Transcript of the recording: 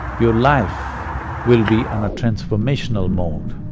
your life will be on a transformational mode.